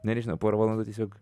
na nežinau pora valandų tiesiog